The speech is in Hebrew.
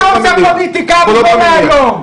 אתה עושה פוליטיקה, ולא מהיום.